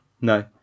no